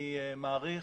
אני מעריך